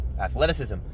athleticism